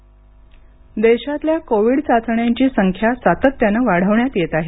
Covid चाचणी देशातल्या Covid चाचण्यांची संख्या सातत्यानं वाढवण्यात येत आहे